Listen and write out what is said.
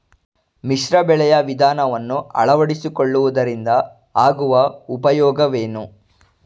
ಮಿಶ್ರ ಬೆಳೆಯ ವಿಧಾನವನ್ನು ಆಳವಡಿಸಿಕೊಳ್ಳುವುದರಿಂದ ಆಗುವ ಉಪಯೋಗವೇನು?